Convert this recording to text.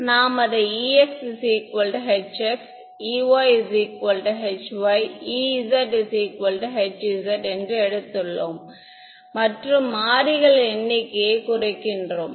நாம் அதை ex hx ey hy ez hz என்று எடுத்துள்ளோம் விருப்ப நேரம் 0238 மற்றும் மாறிகள் எண்ணிக்கையை குறைக்கிறோம்